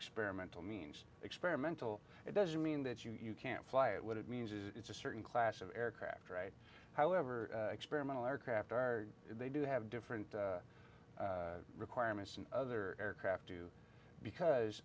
experimental means experimental it doesn't mean that you can't fly it what it means is it's a certain class of aircraft right however experimental aircraft are they do have different requirements in other aircraft too because